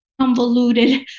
convoluted